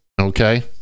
okay